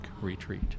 retreat